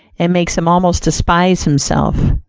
and makes him almost despise himself.